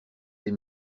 des